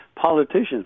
politicians